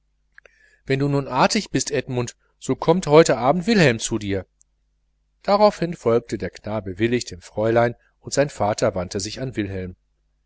wenn du nun artig bist edmund so kommt heute abend wilhelm zu dir darauf hin folgte der knabe willig dem fräulein und sein vater wandte sich an wilhelm